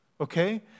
okay